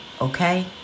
okay